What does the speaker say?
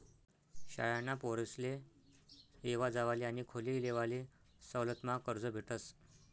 शाळाना पोरेसले येवा जावाले आणि खोली लेवाले सवलतमा कर्ज भेटस